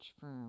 firm